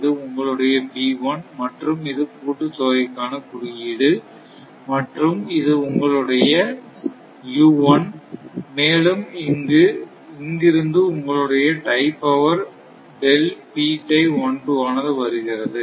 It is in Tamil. இது உங்களுடையமற்றும் இது கூட்டு தொகைக்கான குறியீடு மற்றும் இது உங்களுடைய மேலும் இங்கு இருந்து உங்களுடைய டை பவர் ஆனது வருகிறது